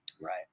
Right